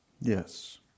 Yes